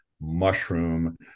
mushroom